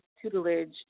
tutelage